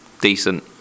decent